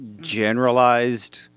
generalized